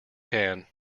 can